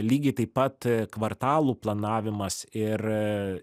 lygiai taip pat kvartalų planavimas ir